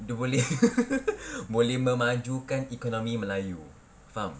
dia boleh boleh memajukan ekonomi melayu faham